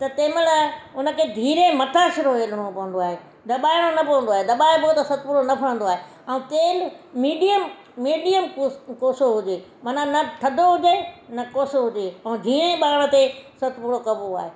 त तंहिंमहिल उनखे धीरे मथा सां वेलणो पवंदो आहे दबाइणो न पवंदो आहे दबाइण खां पोइ सतपुड़ो न ठहंदो आहे ऐं तेल मीडियम मीडियम कोसो हुजे मना न थदो हुजे न कोसो हुजे ऐं जीअं सतपुड़ो कबो आहे